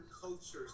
cultures